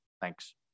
Thanks